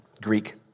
Greek